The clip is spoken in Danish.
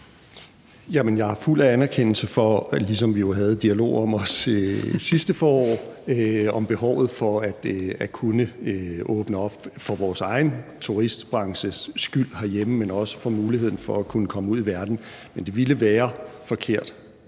Jeg er fuld af anerkendelse for – ligesom vi jo også havde dialogen om det sidste forår – behovet for at kunne åbne op, for vores egen turistbranches skyld herhjemme, men også for muligheden for at kunne komme ud i verden. Men det ville være forkert,